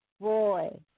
boy